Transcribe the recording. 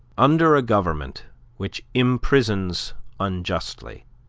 under a government which imprisons unjustly,